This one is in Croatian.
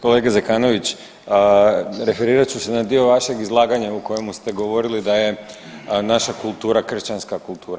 Kolega Zekanović, referirat ću se na dio vašeg izlaganja u kojemu ste govorili da je naša kultura kršćanska kultura.